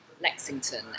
Lexington